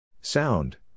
Sound